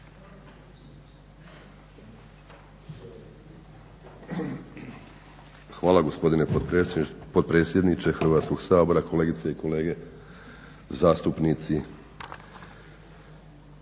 Hvala gospodine potpredsjedniče Hrvatskog sabora. Kolegice i kolege zastupnici.